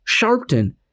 Sharpton